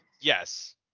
Yes